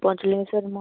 Panchalingeswar